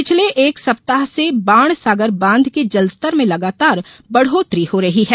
पिछले एक सप्ताह से बाणसागर बांध के जलस्तर में लगातार बढ़ोत्तरी हो रही है